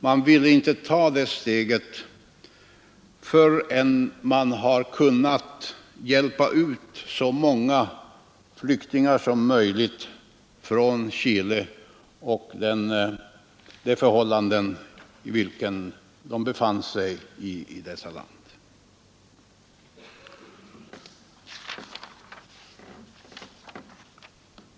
Man ville inte ta det steget förrän man hade kunnat hjälpa ut så många flyktingar som möjligt från Chile och de förhållanden i vilka de befann sig i det landet.